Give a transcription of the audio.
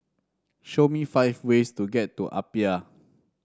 show me five ways to get to Apia